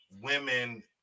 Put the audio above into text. women